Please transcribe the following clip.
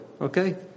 Okay